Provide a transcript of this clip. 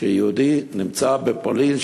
שיהודי שנמצא בפולין,